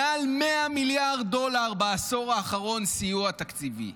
מעל 100 מיליארד דולר בעשור האחרון סיוע תקציבי,